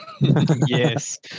Yes